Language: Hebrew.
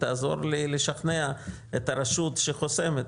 תעזור לי לשכנע את הרשות שחוסמת,